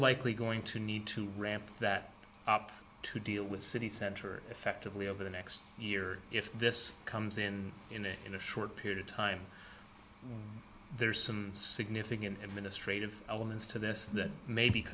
likely going to need to ramp that up to deal with city center effectively over the next year if this comes in in a in a short period of time there are some significant administrative elements to this that may be